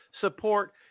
support